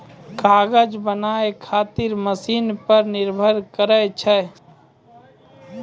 कागज बनाय खातीर मशिन पर निर्भर करै छै